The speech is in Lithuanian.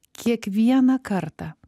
kiekvieną kartą